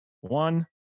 one